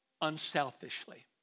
unselfishly